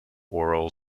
oral